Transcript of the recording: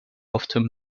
often